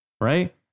Right